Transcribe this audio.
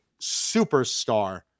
superstar